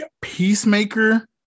Peacemaker